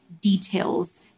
details